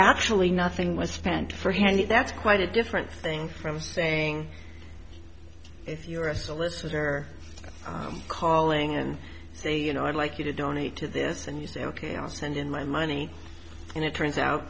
actually nothing was spent for him and that's quite a different thing from saying if you're a solicitor calling and say you know i'd like you to donate to this and you say ok i'll send in my money and it turns out